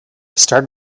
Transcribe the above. started